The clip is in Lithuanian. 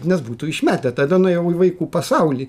nes būtų išmetę tada nuėjau į vaikų pasaulį